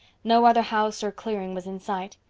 no other house or clearing was in sight.